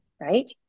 right